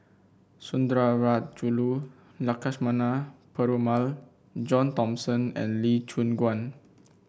Sundarajulu Lakshmana Perumal John Thomson and Lee Choon Guan